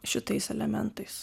šitais elementais